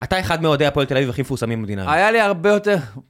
אתה אחד מאוהדי הפועל תל אביב הכי מפורסמים במדינה. היה לי הרבה יותר.